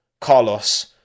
Carlos